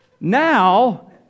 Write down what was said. Now